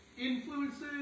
influences